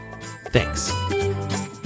Thanks